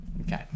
Okay